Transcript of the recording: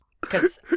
Because-